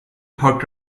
parked